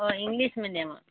অঁ ইংলিছ মিডিয়ামত